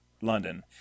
London